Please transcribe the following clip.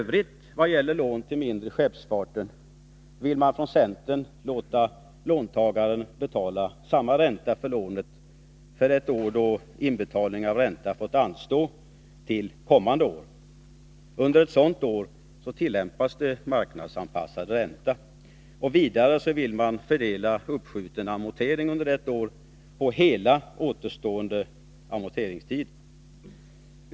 Vad gäller lån till den mindre skeppsfarten vill man från centerns sida låta låntagaren betala samma ränta för lånen ett år då inbetalning av ränta fått anstå till kommande år. Under ett sådant år tillämpas en marknadsanpassad ränta. Vidare vill man fördela under ett år uppskjuten amortering på hela den återstående amorteringstiden.